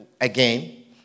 again